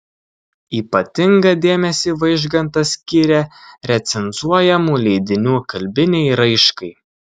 ypatingą dėmesį vaižgantas skyrė recenzuojamų leidinių kalbinei raiškai